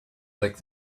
lick